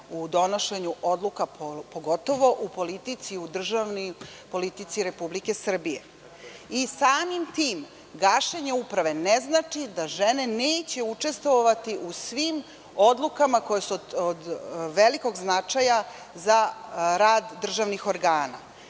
u donošenju odluka, pogotovo u politici i u državnoj politici Republike Srbije. Samim tim, gašenje Uprave ne znači da žene neće učestvovati u svim odlukama koje su od velikog značaja za rad državnih organa.